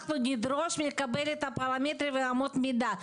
אנחנו נדרוש לקבל את הפרמטרים ואמות המידה.